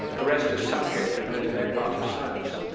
the rest is subjective and it's no part of science.